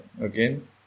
again